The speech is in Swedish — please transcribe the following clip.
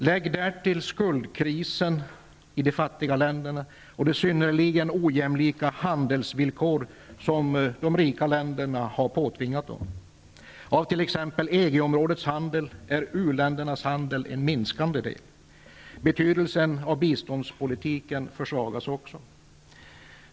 Lägg därtill skuldkrisen i de fattiga länderna och de synnerligen ojämlika handelsvillkor som de rika länderna har påtvingat dem. Av t.ex. EG-områdets handel är u-ländernas handel en minskande del. Betydelsen av biståndspolitiken försvagas också.